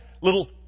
little